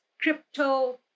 crypto